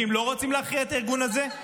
ואם לא רוצים להכריע את הארגון הזה,